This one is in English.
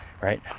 right